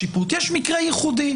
כן.